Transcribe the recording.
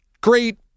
great